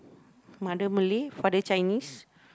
mother Malay father Chinese